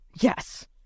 Yes